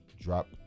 drop